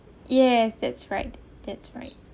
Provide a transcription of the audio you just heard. yes that's right that's right